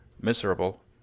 miserable